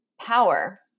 power